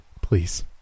please